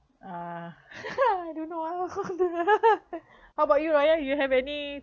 uh I don't know how how about you raya you have any